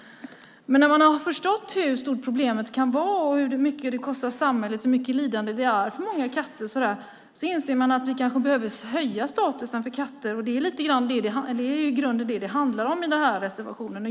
Men när man har förstått hur stort problemet kan vara, hur mycket det kostar samhället och hur stort lidandet är för många katter inser man att vi kanske behöver höja kattens status. Det är i grunden det som det handlar om i reservationen.